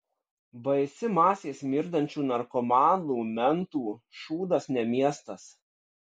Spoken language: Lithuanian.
baisi masė smirdančių narkomanų mentų šūdas ne miestas